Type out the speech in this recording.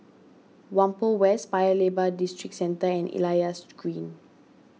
Whampoa West Paya Lebar Districentre and Elias Green